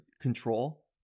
control